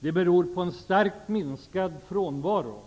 det beror på en starkt minskad frånvaro.